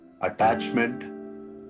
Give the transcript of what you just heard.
attachment